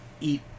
eat